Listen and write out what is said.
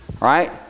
right